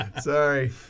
Sorry